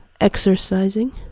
exercising